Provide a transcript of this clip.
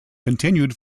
continued